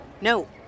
No